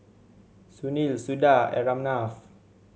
Sunil Suda and Ramnath